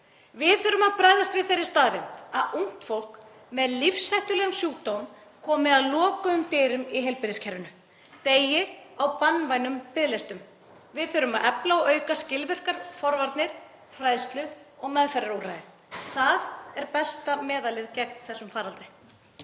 Við þurfum að bregðast við þeirri staðreynd að ungt fólk með lífshættulegan sjúkdóm komi að lokuðum dyrum í heilbrigðiskerfinu, deyi á banvænum biðlistum. Við þurfum að efla og auka skilvirkar forvarnir, fræðslu og meðferðarúrræði. Það er besta meðalið gegn þessum faraldri.